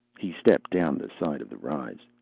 he stepped down the side of the rise.